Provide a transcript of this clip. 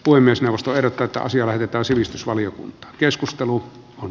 puhemiesneuvosto ehdottaa että asia lähetetään sivistysvaliokuntaan keskustelu on